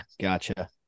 gotcha